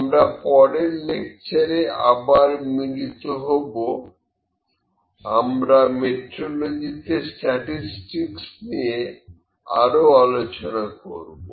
আমরা পরের লেকচারে আবার মিলিত হবো আমরা মেট্রলজি তে স্ট্যাটিসটিকস নিয়ে আরো আলোচনা করব